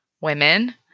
women